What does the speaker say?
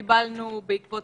מי בעד?